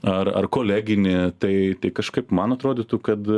ar ar koleginį tai kažkaip man atrodytų kad